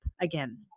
again